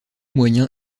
moyen